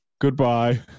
Goodbye